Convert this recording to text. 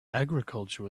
agriculture